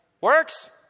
works